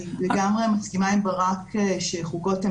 אני לגמרי מסכימה עם ברק שחוקות הן